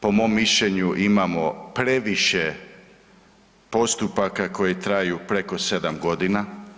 Po mom mišljenju imamo previše postupaka koji traju preko 7 godina.